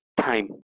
time